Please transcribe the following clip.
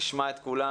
נשמע את כולם,